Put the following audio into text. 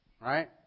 right